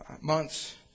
months